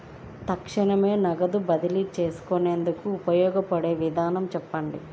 తక్షణమే నగదు బదిలీ చేసుకునేందుకు ఉపయోగపడే విధానము చెప్పండి?